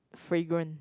fragrant